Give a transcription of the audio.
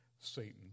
Satan